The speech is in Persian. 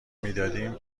میدادیم